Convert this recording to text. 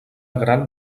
gran